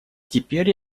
теперь